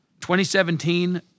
2017